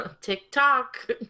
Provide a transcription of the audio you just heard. TikTok